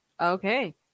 Okay